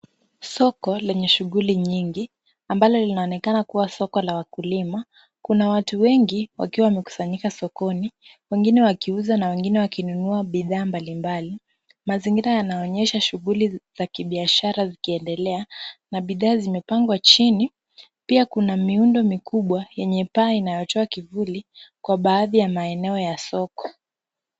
Soko lenye shughuli nyingi ambalo linaonekana kuwa soko la wakulima. Kuna watu wengi wakiwa wamekusanyika sokoni wengine wakiuza na wengine wakinunua bidhaa mbalimbali. Mazingira yanaonyesha shughuli za kibiashara zikiendelea na bidhaa zimepangwa chini, pia kuna miundo mikubwa yenye paa inayotoa kivuli kwa baadhi ya maeneo ya soko.